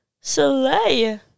Soleil